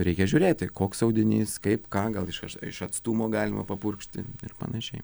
reikia žiūrėti koks audinys kaip ką gal iš iš atstumo galima papurkšti ir panašiai